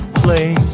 play